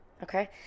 Okay